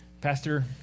Pastor